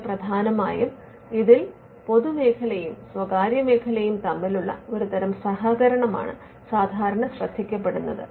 പക്ഷേ പ്രധാനമായും ഇതിൽ പൊതുമേഖലയും സ്വകാര്യമേഖലയും തമ്മിലുള്ള ഒരുതരം സഹകരണമാണ് സാധാരണ ശ്രദ്ധിക്കപ്പെടുന്നത്